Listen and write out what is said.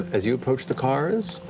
as you approach the cars,